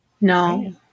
no